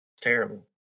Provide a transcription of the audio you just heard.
terrible